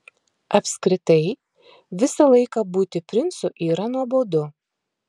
apskritai visą laiką būti princu yra nuobodu